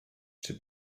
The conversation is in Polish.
czy